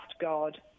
God